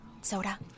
Soda